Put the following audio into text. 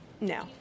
No